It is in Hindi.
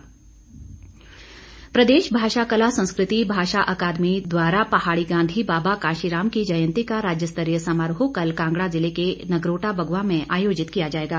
जयंती प्रदेश कला संस्कृति भाषा अकादमी द्वारा पहाड़ी गांधी बाबा काशीराम की जयंती का राज्यस्तरीय समारोह कल कांगड़ा जिले के नगरोटो बगवा में आयोजित किया जाएगा